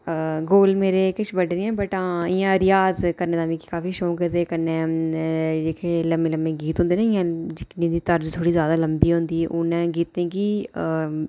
गोल मेरे किश बड्डे नेईं हैन बट हां इ'यां रेयाज करने दा मिगी काफी शौंक ऐ ते कन्नै जेह्के लम्में लम्में गीत होंदे न जियां जिंदी तर्ज थोह्ड़ी ज्यादा लम्बी होंदी उ'नें गीतें गी